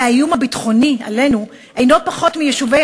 הרי האיום הביטחוני עלינו אינו פחות מהאיום על יישובי